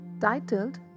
titled